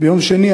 ביום שני,